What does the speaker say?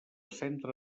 centre